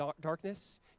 darkness